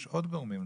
יש עוד גורמים,